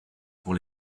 pour